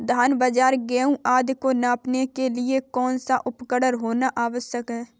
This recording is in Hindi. धान बाजरा गेहूँ आदि को मापने के लिए कौन सा उपकरण होना आवश्यक है?